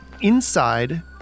inside